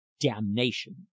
Damnation